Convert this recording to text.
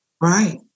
Right